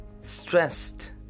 stressed